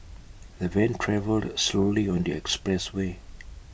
the van travelled slowly on the expressway